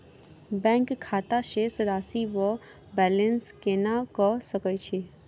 Bank खाता शेष राशि वा बैलेंस केना कऽ सकय छी?